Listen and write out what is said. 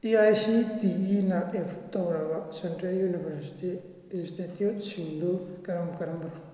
A I C T ꯏꯅ approve ꯇꯧꯔꯕ central university ꯏꯟꯁꯇꯤꯇ꯭ꯌꯨꯠꯁꯤꯡꯗꯨ ꯀꯔꯝ ꯀꯔꯝꯕꯅꯣ